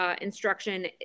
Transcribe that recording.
instruction